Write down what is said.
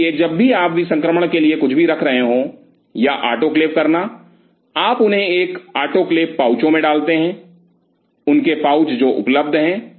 इसलिए जब भी आप विसंक्रमण के लिए कुछ भी रख रहे हों या आटोक्लेव करना आप उन्हें एक आटोक्लेव पाउचों में डालते हैं उनके पाउच जो उपलब्ध हैं